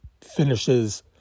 finishes